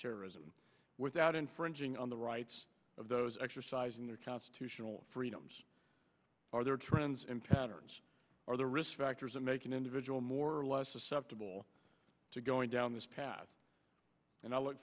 terrorism without infringing on the rights of those exercising their constitutional freedoms are there trends in patterns or the risk factors that make an individual more or less susceptible to going down this path and i look